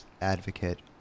advocate